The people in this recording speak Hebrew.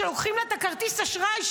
כשלוקחים לה את כרטיס האשראי,